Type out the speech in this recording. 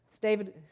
David